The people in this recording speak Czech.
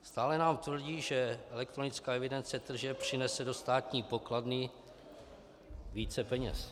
Stále nám tvrdí, že elektronická evidence tržeb přinese do státní pokladny více peněz.